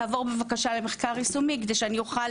תעבור בבקשה למחקר יישומי כדי שאני אוכל